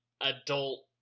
adult